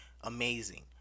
amazing